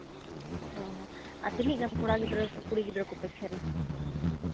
ᱚᱸᱻ ᱦᱚᱸ ᱟᱨ ᱛᱤᱱᱟᱹᱜ ᱜᱟᱱ ᱠᱚᱲᱟ ᱜᱤᱫᱽᱨᱟᱹ ᱥᱮ ᱠᱩᱲᱤ ᱜᱤᱫᱽᱨᱟᱹ ᱠᱚᱯᱮ ᱠᱷᱮᱞᱼᱟ